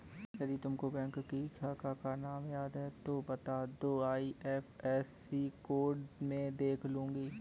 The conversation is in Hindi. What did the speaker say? यदि तुमको बैंक की शाखा का नाम याद है तो वो बता दो, आई.एफ.एस.सी कोड में देख लूंगी